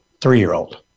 three-year-old